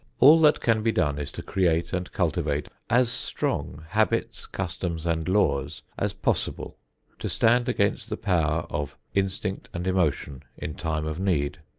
all that can be done is to create and cultivate as strong habits, customs and laws as possible to stand against the power of instinct and emotion in time of need,